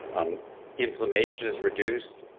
um inflammation is reduced.